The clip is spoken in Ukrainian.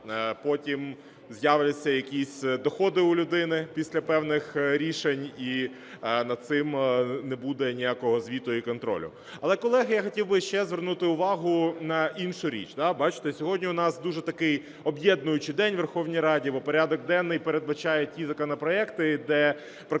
потім з'являться якісь доходи у людини після певних рішень і над цим не буде ніякого звіту і контролю. Але, колеги, я хотів би ще звернути увагу на іншу річ. Бачите, сьогодні у нас дуже такий об'єднуючий день у Верховній Раді, бо порядок денний передбачає ті законопроекти, де практично всі